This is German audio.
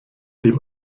dem